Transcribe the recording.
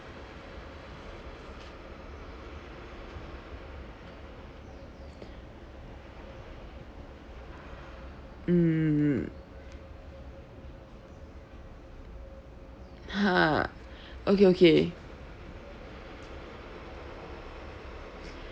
mm mm ha okay okay